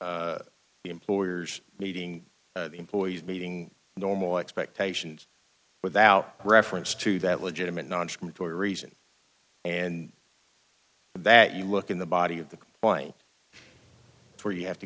the employer's meeting employees meeting normal expectations without reference to that legitimate knowledge for a reason and that you look in the body of the point where you have to